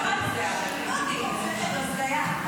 לדבר בוועדות.